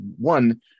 one